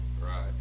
Right